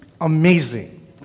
amazing